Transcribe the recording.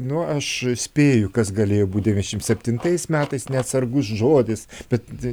nu aš spėju kas galėjo būt devyniasdešimt septintais metais neatsargus žodis bet